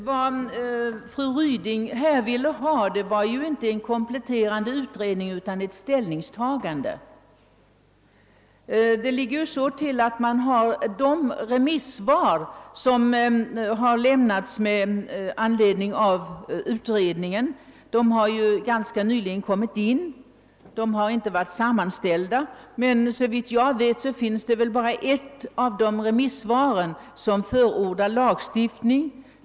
Herr talman! Vad fru Ryding önskar är inte en kompletterande utredning utan ett ställningstagande. De remisssvar som har lämnats med anledning av utredningsbetänkandet om företagshälsovården har ganska nyligen kommit in, och de har ännu inte sammanställts. Såvitt jag vet förordas emellertid lagstiftning i endast ett av remissvaren.